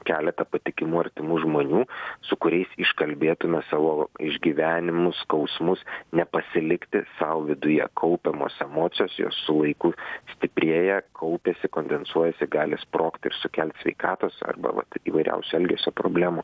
keletą patikimų artimų žmonių su kuriais iškalbėtume savo išgyvenimus skausmus nepasilikti sau viduje kaupiamos emocijos jos su laiku stiprėja kaupiasi kondensuojasi gali sprogt ir sukelt sveikatos arba vat įvairiausių elgesio problemų